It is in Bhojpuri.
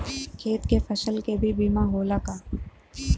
खेत के फसल के भी बीमा होला का?